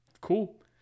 cool